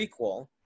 prequel